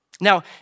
Now